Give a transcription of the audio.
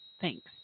Thanks